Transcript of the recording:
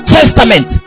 Testament